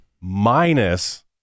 minus